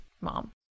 mom